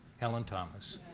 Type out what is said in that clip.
helen thomas.